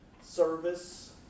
service